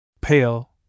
Pale